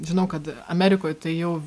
žinau kad amerikoj tai jau